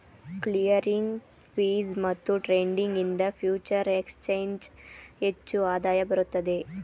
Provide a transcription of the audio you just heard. clearing fees ಮತ್ತು trading ಇಂದ ಫ್ಯೂಚರೆ ಎಕ್ಸ್ ಚೇಂಜಿಂಗ್ ಹೆಚ್ಚು ಆದಾಯ ಬರುತ್ತದೆ